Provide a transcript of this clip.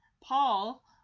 Paul